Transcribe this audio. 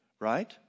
Right